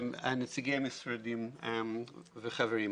נציגי המשרדים וחברים.